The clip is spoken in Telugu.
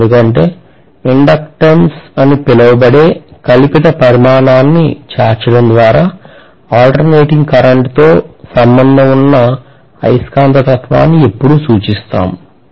ఎందుకంటే ఇండక్టెన్స్ అని పిలువబడే కల్పిత పరిమాణాన్ని చేర్చడం ద్వారా అల్టెర్నేటింగ్ కరెంటుతో సంబంధం ఉన్న అయస్కాంతత్వాన్ని ఎల్లప్పుడూ సూచిస్తాము